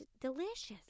delicious